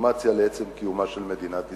דה-לגיטימציה של עצם קיומה של מדינת ישראל,